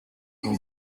con